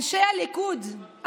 אנשי הליכוד,